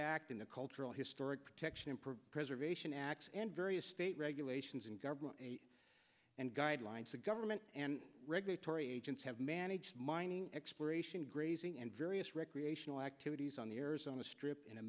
act in the cultural historic preservation act and various state regulations and government and guidelines the government and regulatory agencies have managed mining exploration grazing and various recreational activities on the arizona strip in a